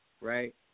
right